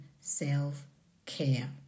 self-care